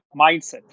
mindset